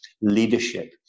leadership